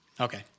Okay